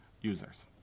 users